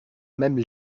même